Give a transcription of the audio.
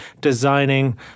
designing